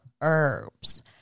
herbs